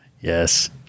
yes